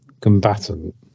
combatant